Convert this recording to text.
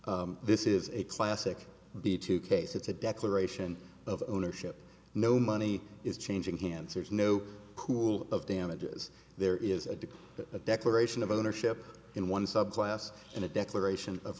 argument this is a classic b two case it's a declaration of ownership no money is changing hands there's no cool of damages there is a de a declaration of ownership in one subclass and a declaration of